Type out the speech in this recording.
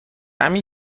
همین